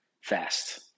fast